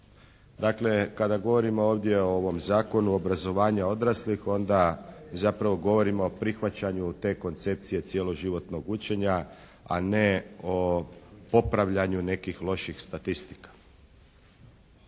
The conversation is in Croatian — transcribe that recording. Dakle kada govorimo ovdje o ovome Zakonu obrazovanja odraslih onda zapravo govorimo o prihvaćanju te koncepcije cjeloživotnog učenja, a ne o popravljanju nekih loših statistika.